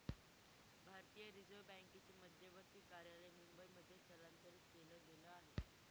भारतीय रिझर्व बँकेचे मध्यवर्ती कार्यालय मुंबई मध्ये स्थलांतरित केला गेल आहे